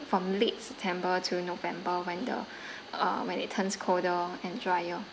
from late september to november when the uh when it turns colder and drier